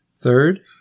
Third